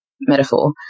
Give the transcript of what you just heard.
metaphor